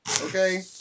Okay